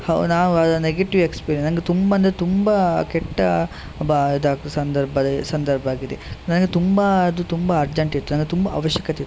ಹೌದು ನಾವು ಅದನ್ನ ನೆಗೆಟೀವ್ ಎಕ್ಸ್ಪೀರಿಯನ್ಸ್ ನಂಗೆ ತುಂಬ ಅಂದರೆ ತುಂಬ ಕೆಟ್ಟ ಬ ಇದು ಸಂದರ್ಭ ಸಂದರ್ಭ ಆಗಿದೆ ನನಗೆ ತುಂಬ ಅದು ತುಂಬ ಅರ್ಜೆಂಟ್ ಇತ್ತು ತುಂಬ ಅವಶ್ಯಕತೆ ಇತ್ತು